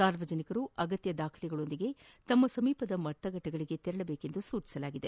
ಸಾರ್ವಜನಿಕರು ಅಗತ್ತ ದಾಖಲೆಗಳೊಂದಿಗೆ ತಮ್ನ ಸಮೀಪದ ಮತಗಟ್ಟೆಗಳಿಗೆ ತೆರಳುವಂತೆ ಸೂಚಿಸಲಾಗಿದೆ